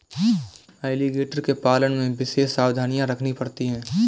alligator के पालन में विशेष सावधानी रखनी पड़ती है